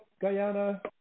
Guyana